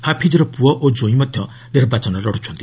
ହାଫିଜ୍ର ପୁଅ ଓ ଜ୍ୱାଇଁ ମଧ୍ୟ ନିର୍ବାଚନ ଲଢୁଛନ୍ତି